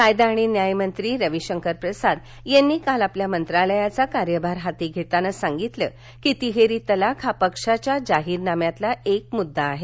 कायदा आणि न्याय मंत्री रवी शंकर प्रसाद यांनी काल आपल्या मंत्रालयाचा कार्यभार हाती घेताना सांगितलं की तिहेरी तलाक हा पक्षाच्या जाहीरनाम्यातील एक मुद्दा आहे